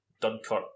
Dunkirk